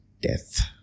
death